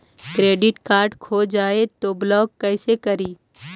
Credit card खो जाए तो ब्लॉक कैसे करी?